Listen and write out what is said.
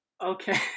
Okay